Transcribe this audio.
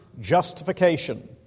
justification